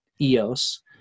EOS